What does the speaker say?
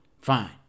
fine